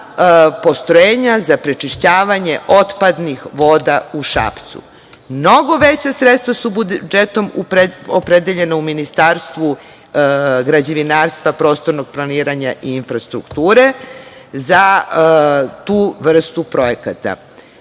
postrojenja za prečišćavanje otpadnih voda u Šapcu. Mnogo veća sredstva su budžetom opredeljena u Ministarstvu građevinarstva, prostornog planiranja i infrastrukture, za tu vrstu projekata.